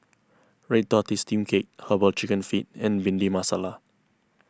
Red Tortoise Steamed Cake Herbal Chicken Feet and Bhindi Masala